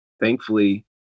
thankfully